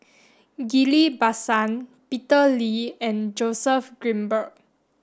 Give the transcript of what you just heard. Ghillie Basan Peter Lee and Joseph Grimberg